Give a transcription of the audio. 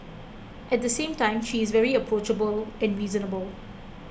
at the same time she is very approachable and reasonable